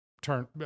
turn